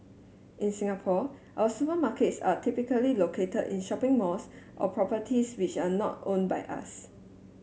in Singapore our supermarkets are typically located in shopping malls or properties which are not owned by us